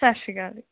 ਸਤਿ ਸ਼੍ਰੀ ਅਕਾਲ ਜੀ